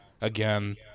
again